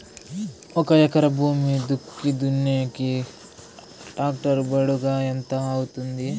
ఒక ఎకరా భూమి దుక్కి దున్నేకి టాక్టర్ బాడుగ ఎంత అవుతుంది?